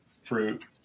fruit